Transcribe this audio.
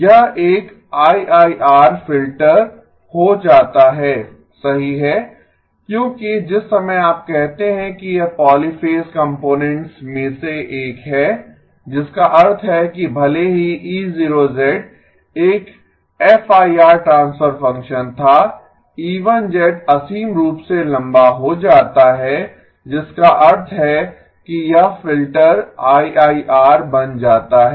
यह एक IIR filter हो जाता है सही है क्योंकि जिस समय आप कहते हैं कि यह पॉलीफ़ेज़ कंपोनेंट्स में से एक है जिसका अर्थ है कि भले ही E0 एक एफआईआर ट्रांसफर फंक्शन था E1 असीम रूप से लंबा हो जाता है जिसका अर्थ है कि यह फ़िल्टर आईआईआर बन जाता है